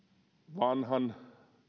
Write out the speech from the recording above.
vanhan